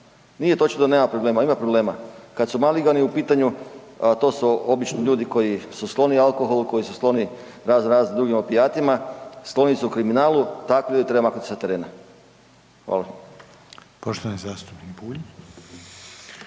Nije točno da nema problema, ima problema, kad su Maligani u pitanju, to su obično ljudi koji su skloni alkoholu, koji su skloni raznorazni drugim opijatima, skloni su kriminalu, takve ljude treba maknut sa terena. **Reiner, Željko (HDZ)** Poštovani zastupnik Bulj.